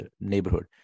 neighborhood